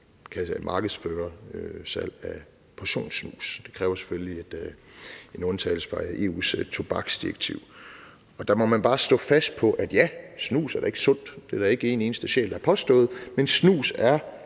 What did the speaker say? markedsføre salg af portionssnus. Det kræver selvfølgelig en undtagelse fra EU's tobaksdirektiv, og der må man bare stå fast på, at snus da ikke er sundt – det er der ikke en eneste sjæl, der har påstået – men snus er